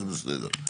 אז בסדר.